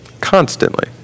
Constantly